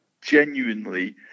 genuinely